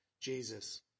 Jesus